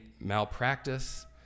malpractice